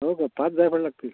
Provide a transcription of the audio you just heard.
हो का पाच जायफळ लागतील